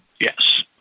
Yes